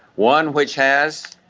one which has